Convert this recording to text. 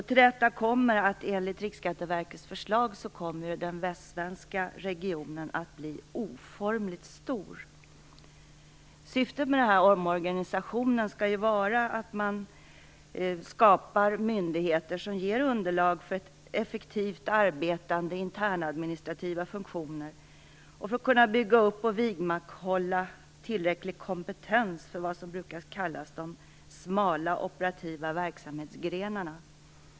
Till detta kommer att den västsvenska regionen enligt Riksskatteverkets förslag kommer att bli oformligt stor. Syftet med omorganisationen skall ju vara att man skapar myndigheter som ger underlag för effektivt arbetande internadministrativa funktioner, och för att kunna bygga upp och vidmakthålla tillräcklig kompetens för vad som brukar kallas de smala operativa verksamhetsgrenarna.